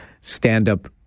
stand-up